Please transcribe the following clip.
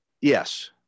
Yes